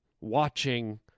watching